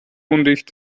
undicht